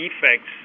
defects